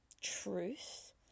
truth